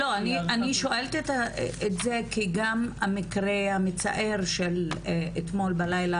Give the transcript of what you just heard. אני שואלת את זה כי גם המקרה המצער של אתמול בלילה